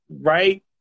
right